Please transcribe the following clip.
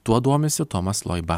tuo domisi tomas loiba